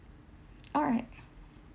all right